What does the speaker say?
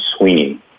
Sweeney